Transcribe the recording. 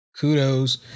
Kudos